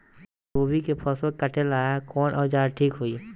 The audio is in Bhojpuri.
गोभी के फसल काटेला कवन औजार ठीक होई?